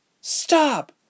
Stop